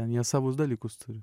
ten jie savus dalykus turi